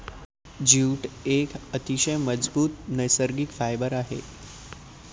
jute एक अतिशय मजबूत नैसर्गिक फायबर आहे